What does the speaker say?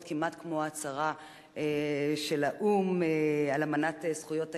כמעט כמו ההצהרה של האו"ם על אמנת זכויות הילד,